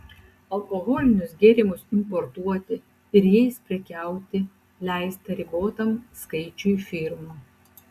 alkoholinius gėrimus importuoti ir jais prekiauti leista ribotam skaičiui firmų